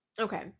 Okay